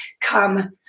Come